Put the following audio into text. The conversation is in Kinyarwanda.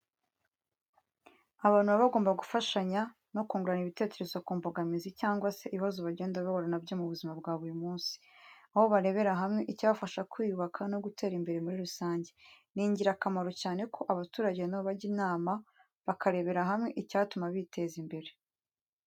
Abantu baba bagomba gufashanya no kungurana ibitekerezo ku mbogamizi cyangwa se ibibazo bagenda bahura na byo mu buzima bwa buri munsi, aho barebera hamwe icyabafasha kwiyubaka no gutera imbere muri rusange. Ni ingirakamaro cyane ko abaturage na bo bajya bajya inama bakarebera hamwe icyatuma biteza imbere.